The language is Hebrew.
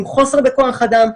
עם חוסר בכוח אדם,